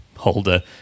Holder